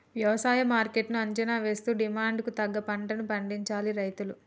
వ్యవసాయ మార్కెట్ ను అంచనా వేస్తూ డిమాండ్ కు తగ్గ పంటలను పండించాలి రైతులు